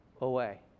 away